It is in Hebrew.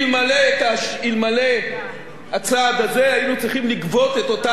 אלמלא הצעד הזה היינו צריכים לגבות את אותם